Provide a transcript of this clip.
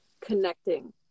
connecting